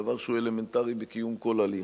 דבר שהוא אלמנטרי בקיום כל הליך.